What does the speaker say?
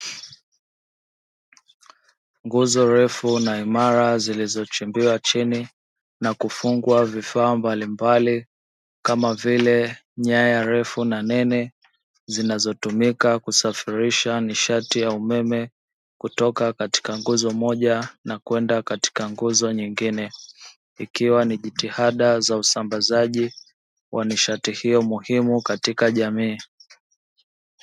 Nguzo refu na imara zilizochimbiwa chini na kufungwa vifaa mbalimbali kama vile nyaya refu na nene, zinazotumika kusafirisha nishati ya umeme kutoka katika nguzo moja na kwenda katika nguzo nyingine. Ikiwa ni jitihada za usambazaji wa nishati hiyo muhimu katika jamii.